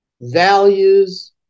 values